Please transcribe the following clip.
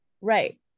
Right